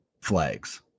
flags